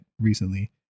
recently